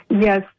Yes